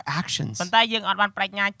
actions